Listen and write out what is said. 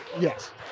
Yes